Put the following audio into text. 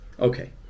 Okay